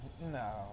No